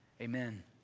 amen